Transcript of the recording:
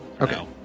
Okay